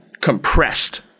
compressed